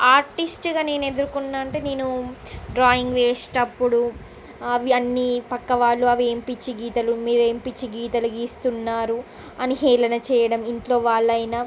ఆర్టిస్ట్గా నేను ఎదుర్కొన్నఅంటే నేను డ్రాయింగ్ వేసేటప్పుడు అవి అన్నీ పక్కవాళ్ళు అవి ఏమి పిచ్చి గీతలు మీరు ఏమి పిచ్చి గీతలు గీస్తున్నారు అని హేళన చేయటం ఇంట్లోవాళ్ళు అయిన